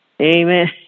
Amen